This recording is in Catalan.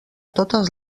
totes